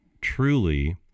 truly